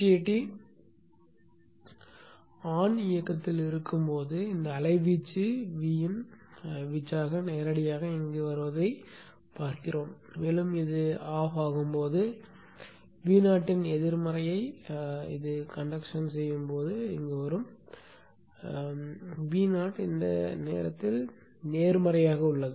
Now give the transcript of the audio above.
இப்போது BJT on இயக்கத்தில் இருக்கும் போது இந்த அலைவீச்சு Vin வீச்சாக நேரடியாக இங்கு வருவதைக் பார்க்கிறோம் மேலும் இது அணைக்கப்படும் போது Vo இன் எதிர்மறையை நடத்தும் போது இங்கு வரும் Vo இந்த கட்டத்தில் நேர்மறையாக உள்ளது